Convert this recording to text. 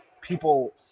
people